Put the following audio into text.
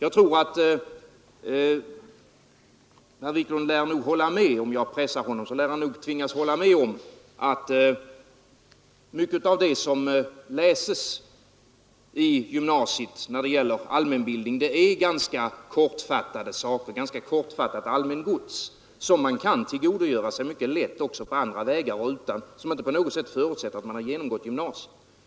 Herr Wiklund lär nog, om jag pressar honom, tvingas hålla med om att mycket av det som läses i gymnasiet när det gäller allmänbildning är ganska kortfattat allmängods som man kan tillgodogöra sig mycket lätt också på andra vägar och som inte på något sätt förutsätter att man har genomgått gymnasium.